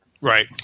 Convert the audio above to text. Right